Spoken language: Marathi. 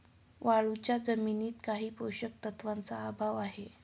वाळूच्या जमिनीत काही पोषक तत्वांचा अभाव आहे